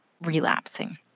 relapsing